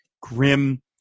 grim